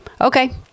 Okay